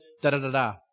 da-da-da-da